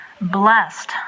blessed